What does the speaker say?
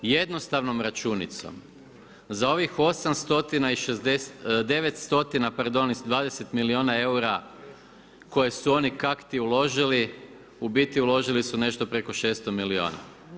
Jednostavnom računicom, za ovih 9 stotina i 20 milijuna eura, koje su oni kak'ti uložili, u biti uložili su nešto preko 600 milijuna.